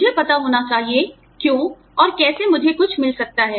मुझे पता होना चाहिए क्यों और कैसे मुझे कुछ मिल सकता है